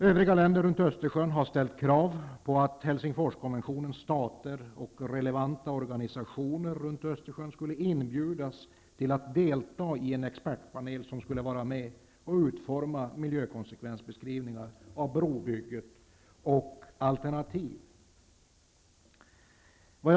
Övriga länder runt Östersjön har ställt krav på att Helsingforskonventionens stater och relevanta organisationer runt Östersjön skulle inbjudas till att delta i en expertpanel som skulle vara med och utforma miljökonsekvensbeskrivningar av brobygget och alternativen till det.